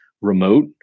remote